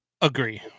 agree